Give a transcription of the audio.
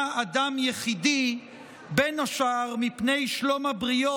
אדם יחידי בין השאר מפני שלום הבריות.